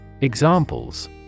Examples